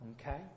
Okay